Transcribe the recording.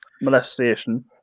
molestation